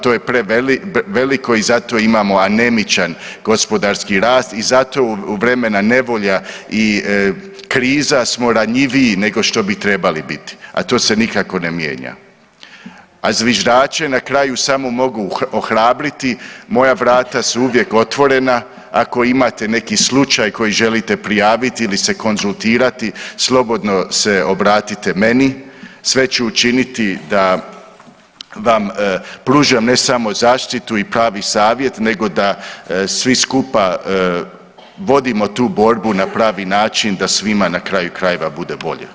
To je preveliko i zato imamo anemičan gospodarski rast i zato u vrijeme nevolja i kriza smo ranjiviji nego što bi trebali biti, a to se nikako ne mijenja, a zviždače na kraju samo mogu ohrabriti, moja vrata su uvijek otvorena, ako imate neki slučaj koji želite prijavit ili se konzultirati slobodno se obratite meni, sve ću učiniti da vam pružim ne samo zaštitu i pravi savjet nego da svi skupa vodimo tu borbu na pravi način da svima na kraju krajeva bude bolje.